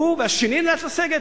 הוא והשני נאלצו לסגת.